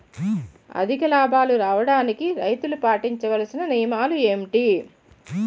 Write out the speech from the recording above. అధిక లాభాలు రావడానికి రైతులు పాటించవలిసిన నియమాలు ఏంటి